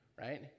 right